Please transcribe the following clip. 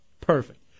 Perfect